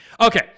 Okay